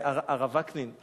הרב וקנין,